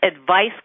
advice